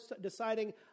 deciding